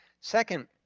second,